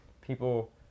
People